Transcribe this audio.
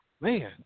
man